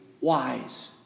wise